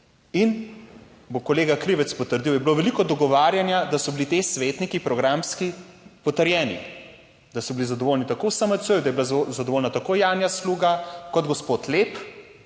in bo kolega Krivec potrdil, da je bilo veliko dogovarjanja, da so bili ti svetniki programski potrjeni, da so bili zadovoljni tako v SMC, da je bila zadovoljna tako Janja Sluga kot gospod Lep,